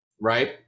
right